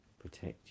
protect